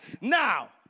Now